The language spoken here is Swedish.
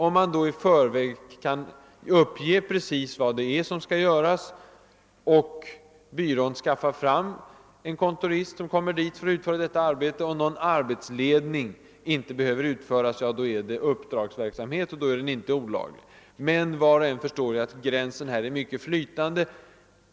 Om man därvid i förväg kan uppge precis vad det är som skall göras och byrån skaffar fram en kontorist som kommer dit för att utföra detta arbete och någon arbetsledning inte behöver utövas, då är det uppdragsverksamhet, och sådan är inte olaglig. Var och en förstår att gränsen här är mycket flytande.